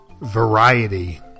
Variety